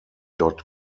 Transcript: dot